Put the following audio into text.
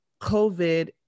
COVID